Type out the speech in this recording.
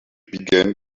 began